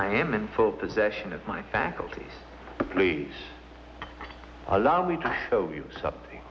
i am in full possession of my faculties please allow me to show you something